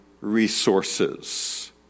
resources